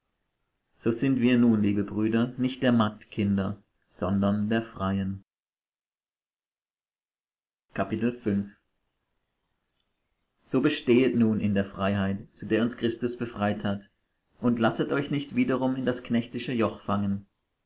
so sind wir nun liebe brüder nicht der magd kinder sondern der freien so bestehet nun in der freiheit zu der uns christus befreit hat und lasset euch nicht wiederum in das knechtische joch fangen